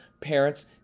parents